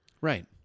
Right